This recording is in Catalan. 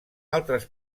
altres